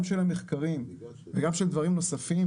גם של המחקרים וגם של דברים נוספים,